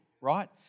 right